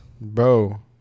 bro